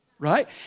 right